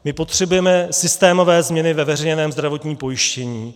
My potřebujeme systémové změny ve veřejném zdravotním pojištění.